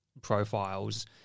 profiles